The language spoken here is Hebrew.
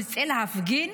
נצא להפגין?